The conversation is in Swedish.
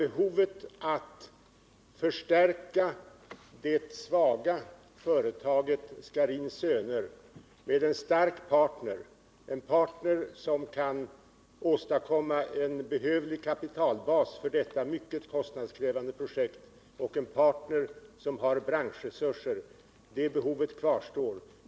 Behovet av att förstärka det svaga företaget Scharins Söner med en stark partner, som kan åstadkomma en behövlig kapitalbas för detta mycket kostnadskrävande projekt och som har branschresurser för detta, kvarstår.